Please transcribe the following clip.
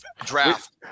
draft